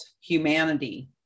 humanity